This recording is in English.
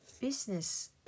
business